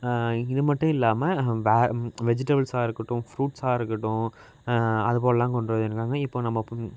இது மட்டும் இல்லாமல் வெஜிடபிள்ஸாக இருக்கட்டும் ஃபுரூட்ஸாக இருக்கட்டும் அதுபோலலாம் கொண்டு வந்திருக்காங்க இப்போது நம்ம